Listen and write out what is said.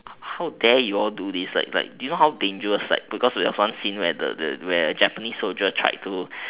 how dare you all do this like like do you know how dangerous like because there there was one scene the japanese soldier tried to